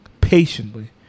patiently